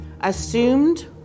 assumed